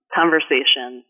conversation